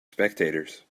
spectators